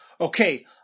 Okay